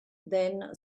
then